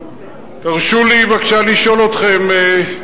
תרשו לי בבקשה לשאול אתכם: